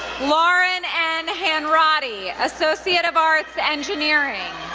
lauren n. hanratty, associate of arts, engineering.